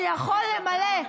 שיכול למלא,